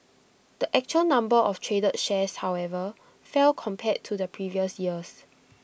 the actual number of traded shares however fell compared to the previous years